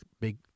big